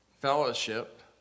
fellowship